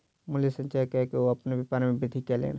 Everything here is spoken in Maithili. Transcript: मूल्य संचय कअ के ओ अपन व्यापार में वृद्धि कयलैन